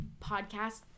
podcast